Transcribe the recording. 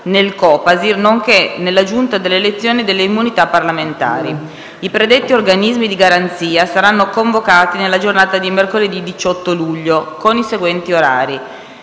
nel Copasir, nonché nella Giunta delle elezioni e delle immunità parlamentari. I predetti organismi di garanzia saranno convocati nella giornata di mercoledì 18 luglio, con i seguenti orari: